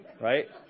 Right